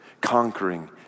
conquering